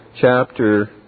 chapter